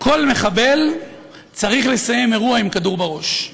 כל מחבל צריך לסיים אירוע עם כדור בראש.